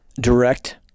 direct